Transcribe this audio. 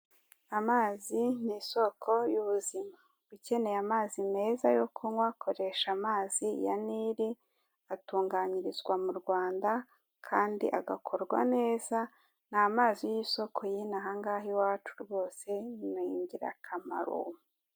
Amazi ni isoko y'ubuzima. Ukeneye amazi meza yo kunywa koresha amazi ya nili atunganirizwa mu Rwanda kandi agakorwa neza ni amazi y'isoko y'inahangaha iwacu rwose ni ingirakamaro.